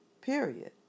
Period